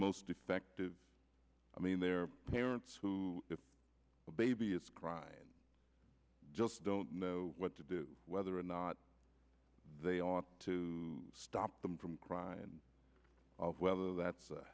most effective i mean their parents who if a baby is crying just don't know what to do whether or not they ought to stop them from cry and of whether that's